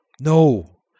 No